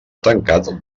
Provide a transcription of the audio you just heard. tancat